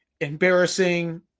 embarrassing